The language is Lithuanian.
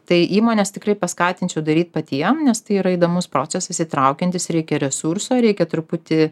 tai įmones tikrai paskatinčiau daryt patiem nes tai yra įdomus procesas įtraukiantis reikia resurso reikia truputį